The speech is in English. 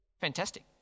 Fantastic